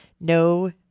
no